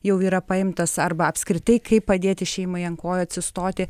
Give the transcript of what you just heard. jau yra paimtas arba apskritai kaip padėti šeimai ant kojų atsistoti